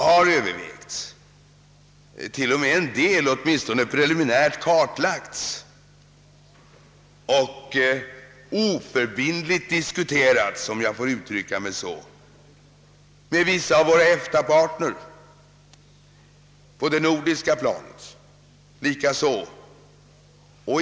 En del har till och med åtminstone preliminärt kartlagts och oförbindligt diskuterats, om jag får uttrycka mig så, med vissa av våra EFTA-partner och likaså på det nordiska planet.